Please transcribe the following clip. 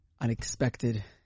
unexpected